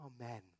Amen